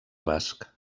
basc